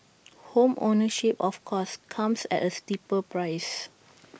home ownership of course comes at A steeper price